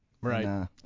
Right